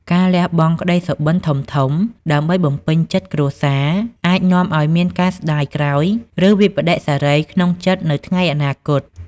ការលះបង់ក្តីសុបិនធំៗដើម្បីបំពេញចិត្តគ្រួសារ អាចនាំឱ្យមានការស្តាយក្រោយ និងវិប្បដិសារីក្នុងចិត្តនៅថ្ងៃអនាគត។